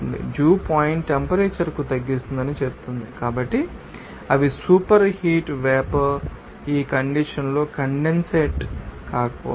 due point temperature కు తగ్గిస్తుందని చెప్తుంది కాబట్టి అవి సూపర్హీట్ వేపర్ ఈ కండీషన్ లో కండెన్సేట్ కాకపోవచ్చు